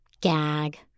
gag